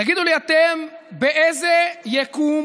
תגידו לי אתם באיזה יקום